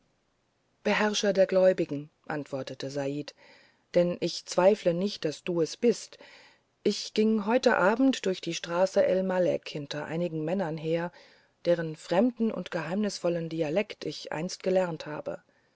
beherrscher der gläubigen antwortete said denn ich zweifle nicht daß du es bist ich ging heute abend durch die straße el malek hinter einigen männern deren fremden und geheimnisvollen dialekt ich einst gelernt habe